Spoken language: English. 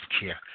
care